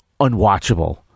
unwatchable